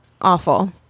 awful